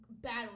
battle